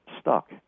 stuck